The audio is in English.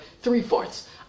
three-fourths